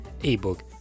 ebook